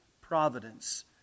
providence